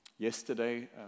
Yesterday